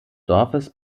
dorfes